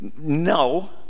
No